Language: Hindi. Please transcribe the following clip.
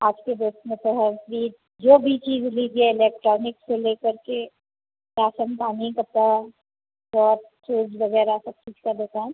आज की डेट में तो हर चीज़ जो भी चीज़ लीजिए इलेक्ट्रॉनिक से लेकर के राशन पानी कपड़ा सब चीज़ वगैरह सब कुछ का दुकान